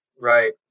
Right